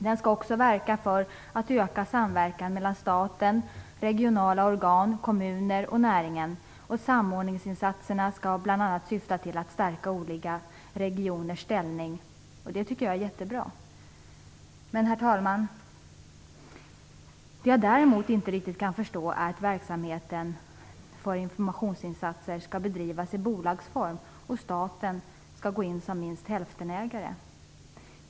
Den skall också verka för att öka samverkan mellan staten, regionala organ, kommuner och näringen, och samordningsinsatserna skall bl.a. syfta till att stärka olika regioners ställning. Det tycker jag är jättebra. Herr talman! Det jag däremot inte riktigt kan förstå är att verksamheten för informationsinsatser skall bedrivas i bolagsform och att staten skall gå in som minst hälftenägare.